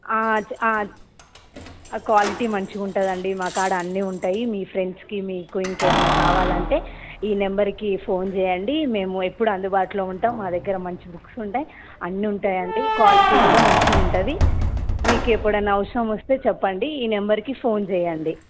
ఆ క్వాలిటీ మంచిగా ఉంటుంది అండి మాకాడ అన్నీ ఉంటాయి మీ ఫ్రెండ్స్కి మీకు ఇంకా ఏమైన కావాలంటే ఈ నెంబర్కి ఫోన్ చేయండి మేము ఎప్పుడు అందుబాటులో ఉంటాం మా దగ్గర మంచి బుక్స్ ఉంటాయి అన్నీ ఉంటాయండి క్వాలిటీ కూడా మంచిగా ఉంటుంది మీకు ఎప్పుడన్న అవసరం వస్తే చెప్పండి ఈనెంబర్కి ఫోన్ చేయండి